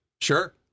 Sure